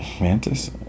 mantis